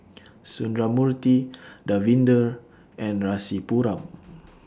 Sundramoorthy Davinder and Rasipuram